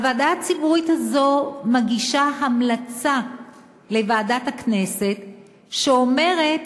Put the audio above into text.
והוועדה הציבורית הזאת מגישה המלצה לוועדת הכנסת שאומרת